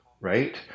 right